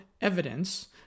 evidence